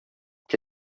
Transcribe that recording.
che